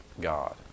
God